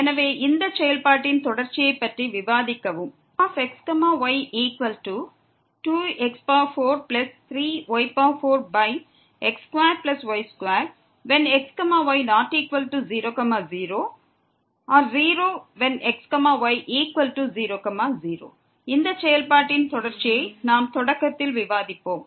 எனவே இந்த செயல்பாட்டின் தொடர்ச்சியைப் பற்றி விவாதிக்கவும் fxy2x43y4x2y2xy00 0xy00 இந்த செயல்பாட்டின் தொடர்ச்சியை நாம் தொடக்கத்தில் விவாதிப்போம்